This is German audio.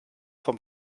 vom